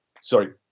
sorry